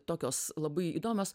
tokios labai įdomios